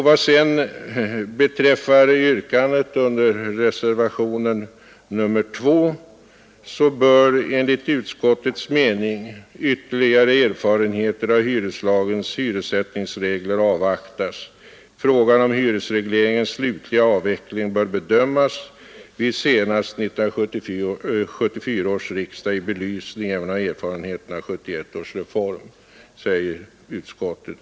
Vad sedan beträffar yrkandet under reservationen 2 bör enligt utskottets mening ytterligare erfarenheter av hyreslagens hyressättningsregler avvaktas. Frågan om hyresregleringens slutliga avveckling får bedömas vid senast 1974 års riksdag i belysning även av erfarenheterna av 1971 års reform, säger utskottet.